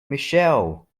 michelle